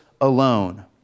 alone